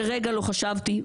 לרגע לא חשבתי,